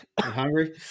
hungry